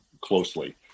closely